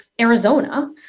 Arizona